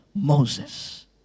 Moses